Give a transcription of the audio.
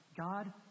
God